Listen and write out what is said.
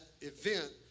event